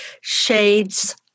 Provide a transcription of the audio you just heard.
Shades